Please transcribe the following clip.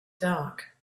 dark